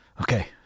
Okay